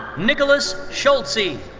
nicholas schulze. dean